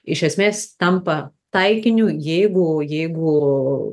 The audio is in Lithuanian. iš esmės tampa taikiniu jeigu jeigu